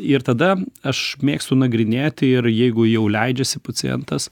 ir tada aš mėgstu nagrinėti ir jeigu jau leidžiasi pacientas